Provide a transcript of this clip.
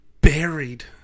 buried